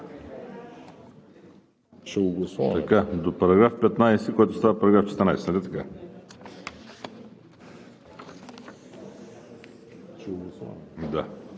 Да.